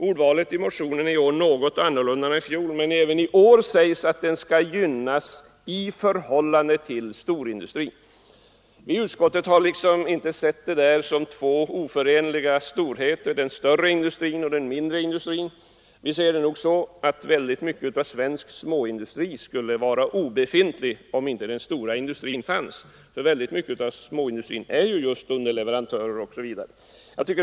Ordvalet i motionen är i år något annorlunda än i fjol, men även i år sägs att de mindre och medelstora företagen skall gynnas i förhållande till storindustrin. Vi i utskottet har inte sett den större industrin och den mindre industrin som två oförenliga storheter. Vi ser det nog så att många svenska småindustrier skulle vara obefintliga om inte den stora industrin fanns, eftersom småindustrierna i stor utsträckning är underleverantörer till storindustrin.